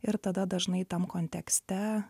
ir tada dažnai tam kontekste